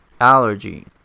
allergies